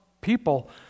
people